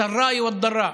(אומר בערבית: בטוב וברע.)